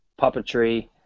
puppetry